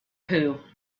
who